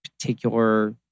particular